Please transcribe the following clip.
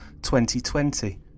2020